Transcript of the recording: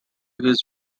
his